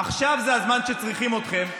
עכשיו זה הזמן שצריכים אתכם.